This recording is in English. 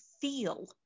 feel